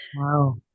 Wow